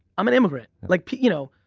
i'm an immigrant. like you know,